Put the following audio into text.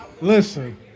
listen